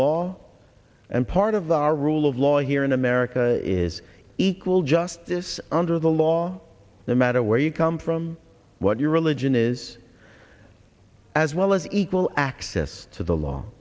law and part of our rule of law here in america is equal justice under the law no matter where you come from what your religion is as well as equal access to the law